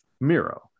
miro